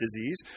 disease